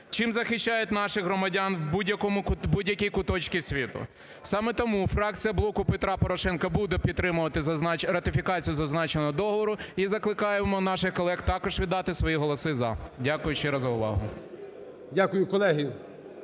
чим захищають наших громадян в будь-якому куточку світу. Саме тому фракція "Блоку Петра Порошенка" буде підтримувати ратифікацію зазначеного договору. І закликаємо наших колег також віддати свої голоси "за". Дякую ще раз за увагу.